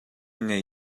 ngei